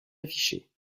affichés